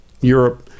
Europe